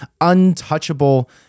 untouchable